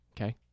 okay